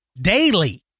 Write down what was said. Daily